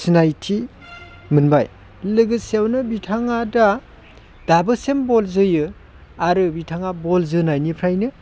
सिनायथि मोनबाय लोगोसेयावनो बिथाङा दा दाबोसोम बल जोयो आरो बिथाङा बल जोनायनिफ्रायनो